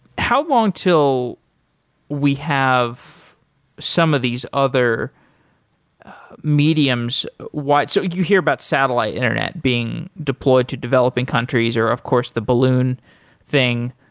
how long till we have some of these other mediums? so you hear about satellite internet being deployed to developing countries, or of course, the balloon thing.